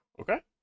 Okay